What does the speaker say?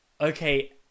okay